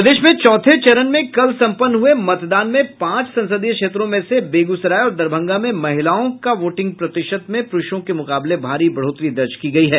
प्रदेश में चौथे चरण में कल संपन्न हुए मतदान में पांच संसदीय क्षेत्रों में से बेगूसराय और दरभंगा में महिलाओं के वोटिंग प्रतिशत में पुरूषों के मुकाबले भारी बढ़ोतरी दर्ज की गयी है